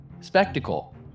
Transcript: spectacle